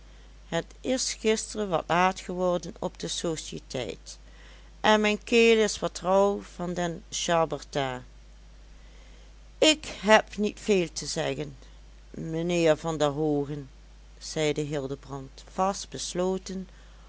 het is gisteren wat laat geworden op de sociëteit en mijn keel is wat rauw van den chambertin ik heb niet veel te zeggen mijnheer van der hoogen zeide hildebrand vast besloten